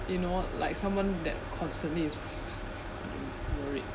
you know like someone that constantly is worried